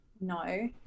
No